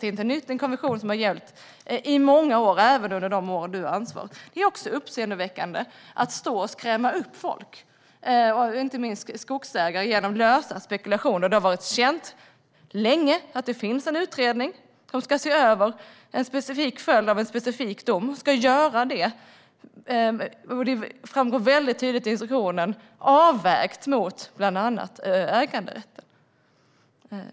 Det är inte nytt; det är en konvention som har gällt i många år, även under de år du hade ansvar, Eskil Erlandsson. Det är också uppseendeväckande att stå och skrämma upp folk, inte minst skogsägare, genom lösa spekulationer. Det har varit känt länge att det finns en utredning som ska se över en specifik följd av en specifik dom. Man ska göra detta avvägt mot bland annat äganderätten. Det framgår mycket tydligt av instruktionen.